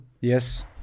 yes